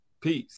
Peace